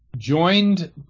joined